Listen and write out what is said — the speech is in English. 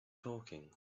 talking